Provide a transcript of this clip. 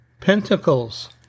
pentacles